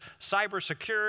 cybersecurity